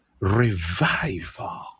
revival